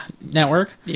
network